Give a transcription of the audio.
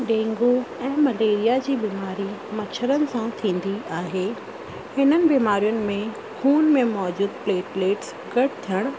dengue ऐं malaria जी बीमारी मछरनि सां थींदी आहे हिननि बीमारियुनि में ख़ून में मौजूद प्लेटलेट्स घटि थियणु